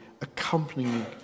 accompanying